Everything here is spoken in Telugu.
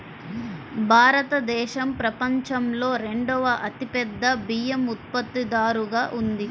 భారతదేశం ప్రపంచంలో రెండవ అతిపెద్ద బియ్యం ఉత్పత్తిదారుగా ఉంది